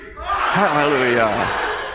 Hallelujah